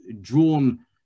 drawn